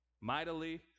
mightily